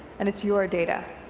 and it's your data.